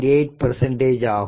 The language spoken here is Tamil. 8 ஆகும்